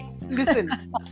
listen